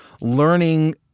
learning